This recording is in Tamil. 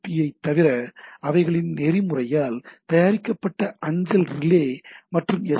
பி ஐத் தவிர அவைகளின் நெறிமுறையால் தயாரிக்கப்பட்ட அஞ்சல் ரிலே மற்றும் எஸ்